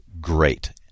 great